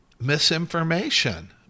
misinformation